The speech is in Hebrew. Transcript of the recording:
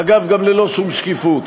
אגב, גם ללא שום שקיפות.